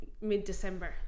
mid-december